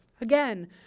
Again